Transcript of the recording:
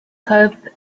cope